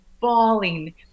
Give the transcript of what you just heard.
falling